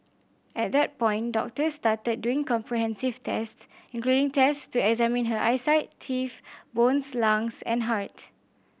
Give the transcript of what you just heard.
at that point doctors started doing comprehensive tests including test to examine her eyesight teeth bones lungs and heart